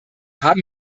haben